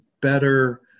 better